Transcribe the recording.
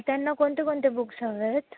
त्यांना कोणते कोणते बुक्स हवे आहेत